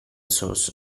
source